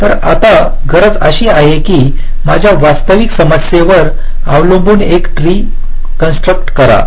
तर आता गरज अशी आहे कीमाझ्या वास्तविक समस्येवर अवलंबून एक ट्री बांधा